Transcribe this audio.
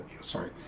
sorry